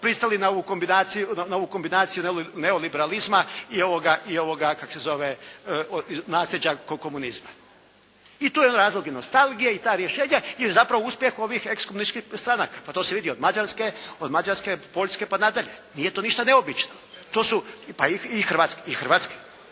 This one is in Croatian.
pristali na ovu kombinaciju neoliberalizma i ovoga kak' se zove nasljeđa komunizma. I tu je razlog nostalgija i ta rješenja i uspjeh ovih ekskomunističkih stranaka. Pa to se vidi od Mađarske, Poljske pa nadalje. Nije to ništa neobično. To su, i Hrvatske.